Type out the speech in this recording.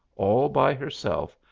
all by herself,